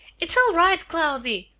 it's all right, cloudy!